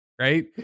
Right